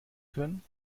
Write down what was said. können